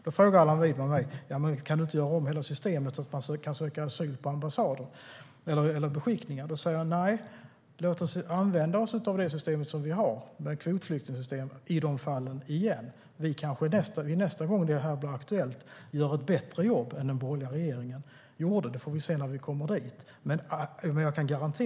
Då frågar Allan Widman mig: Men kan du inte göra om hela systemet, så att man kan söka asyl på ambassader eller beskickningar? Då svarar jag: Nej, låt oss använda oss av det kvotflyktingsystem som vi har i dessa fall igen. Nästa gång det här blir aktuellt kanske vi kan göra ett bättre jobb än den borgerliga regeringen gjorde. Det får vi se när vi kommer dit.